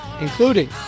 including